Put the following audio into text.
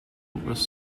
was